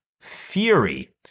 Fury